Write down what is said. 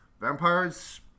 vampires